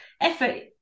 effort